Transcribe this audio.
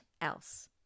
else